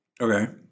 Okay